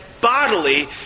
bodily